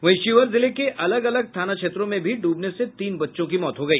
वहीं शिवहर जिले के अलग अलग थाना क्षेत्रों में भी ड्बने से तीन बच्चों की मौत हो गई